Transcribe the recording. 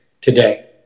today